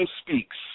speaks